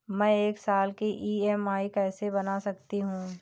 मैं एक साल की ई.एम.आई कैसे बना सकती हूँ?